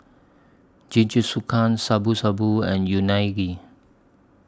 Jingisukan Shabu Shabu and Unagi